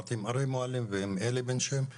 דיברתי עם אריה מועלם ועם אלי בן שם,